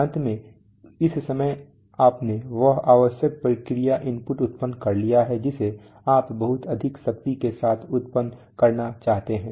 अंत में इस समय आपने वह आवश्यक प्रक्रिया इनपुट उत्पन्न कर लिया है जिसे आप बहुत अधिक शक्ति के साथ उत्पन्न करना चाहते थे